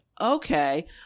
okay